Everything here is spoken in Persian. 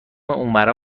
اونورا